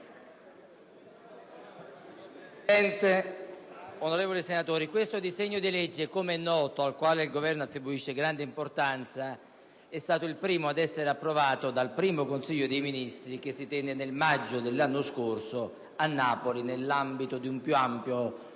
Presidente, onorevoli senatori, questo disegno di legge, al quale il Governo, com'è noto, attribuisce grande importanza, è stato il primo ad essere approvato nel primo Consiglio dei ministri che si tenne nel maggio dell'anno scorso a Napoli nell'ambito di un più ampio